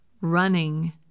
running